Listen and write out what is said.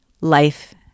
life